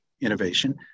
innovation